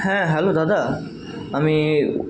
হ্যাঁ হ্যালো দাদা আমি